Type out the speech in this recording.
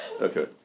Okay